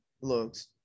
looks